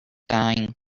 dying